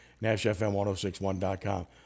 NASHFM1061.com